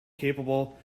capable